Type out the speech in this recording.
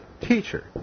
teacher